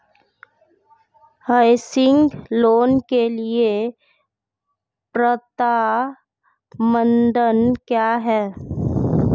Housing loan के लिए पात्रता मानदंड क्या हैं?